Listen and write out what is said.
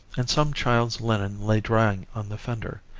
and some child's linen lay drying on the fender.